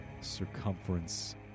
circumference